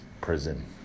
prison